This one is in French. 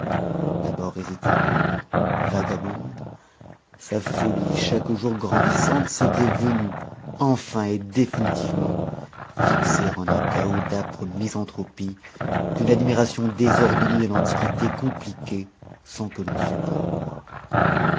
d'abord hésitante vagabonde sa folie chaque jour grandissante s'était venue enfin et définitivement fixer en un chaos d'âpre misanthropie qu'une admiration désordonnée de l'antiquité compliquait sans que l'on